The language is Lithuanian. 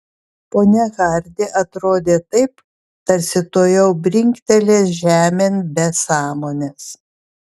ponia hardi atrodė taip tarsi tuojau brinktelės žemėn be sąmonės